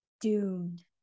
doomed